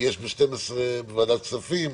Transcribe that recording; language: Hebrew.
כי ב-12:00 זה בוועדת הכספים.